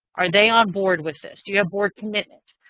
are they on board with this? do you have board commitment?